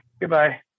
Goodbye